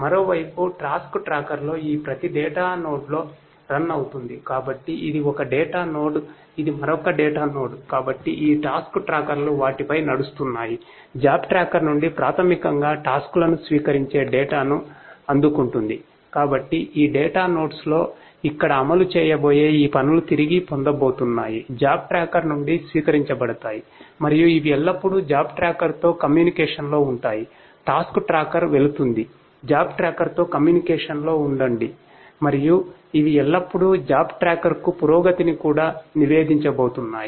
మరోవైపు టాస్క్ ట్రాకర్లో ఈ ప్రతి డేటా నోడ్స్లో ఇక్కడ అమలు చేయబోయే ఈ పనులు తిరిగి పొందబోతున్నాయి జాబ్ ట్రాకర్ నుండి స్వీకరించబడతాయి మరియు ఇవి ఎల్లప్పుడూ జాబ్ ట్రాకర్తో కమ్యూనికేషన్లో ఉంటాయి టాస్క్ ట్రాకర్ వెళుతుంది జాబ్ ట్రాకర్తో కమ్యూనికేషన్లో ఉండండి మరియు ఇవి ఎల్లప్పుడూ జాబ్ట్రాకర్కుపురోగతిని కూడా నివేదించబోతున్నాయి